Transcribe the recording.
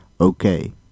Okay